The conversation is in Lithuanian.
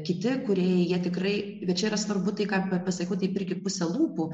kiti kūrėjai jie tikrai bet čia yra svarbu tai ką pasakiau taip irgi puse lūpų